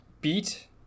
beat